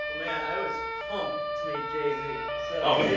man, i was pumped to meet jay-z. if so